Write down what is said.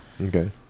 Okay